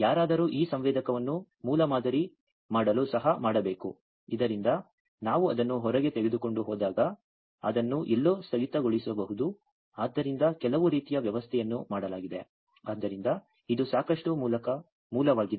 ಆದರೆ ಯಾರಾದರೂ ಈ ಸಂವೇದಕವನ್ನು ಮೂಲಮಾದರಿ ಮಾಡಲು ಸಹ ಮಾಡಬೇಕು ಇದರಿಂದ ನಾವು ಅದನ್ನು ಹೊರಗೆ ತೆಗೆದುಕೊಂಡು ಹೋಗಬಹುದು ಅದನ್ನು ಎಲ್ಲೋ ಸ್ಥಗಿತಗೊಳಿಸಬಹುದು ಆದ್ದರಿಂದ ಕೆಲವು ರೀತಿಯ ವ್ಯವಸ್ಥೆಯನ್ನು ಮಾಡಲಾಗಿದೆ ಆದ್ದರಿಂದ ಇದು ಸಾಕಷ್ಟು ಮೂಲವಾಗಿದೆ